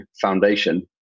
foundation